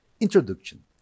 introduction